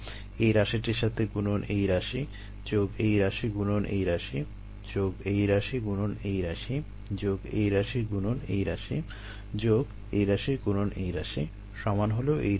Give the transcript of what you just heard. এই রাশিটির সাথে গুণন এই রাশি যোগ এই রাশি গুণন এই রাশি যোগ এই রাশি গুণন এই রাশি যোগ এই রাশি গুণন এই রাশি যোগ এই রাশি গুণন এই রাশি সমান হলো এই রাশিটি